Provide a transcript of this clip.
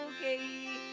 okay